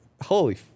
Holy